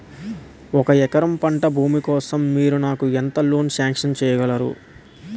ఒక ఎకరం పంట భూమి కోసం మీరు నాకు ఎంత లోన్ సాంక్షన్ చేయగలరు?